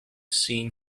scene